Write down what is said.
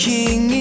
King